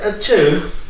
two